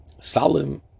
salim